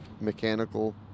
mechanical